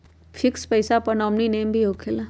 Fix पईसा पर nominee name भी होकेला?